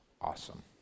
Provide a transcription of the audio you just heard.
awesome